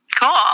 Cool